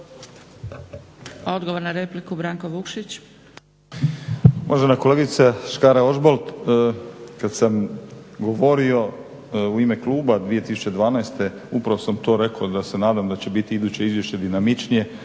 laburisti - Stranka rada)** Uvažena kolegice Škare-Ožbolt, kada sam govorio u ime kluba 2012. upravo sam to rekao da se nadam da će biti iduće izvješće dinamičnije